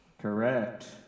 Correct